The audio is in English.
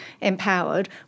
empowered